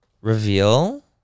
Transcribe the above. Reveal